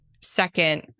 second